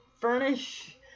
furnish